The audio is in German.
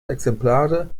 exemplare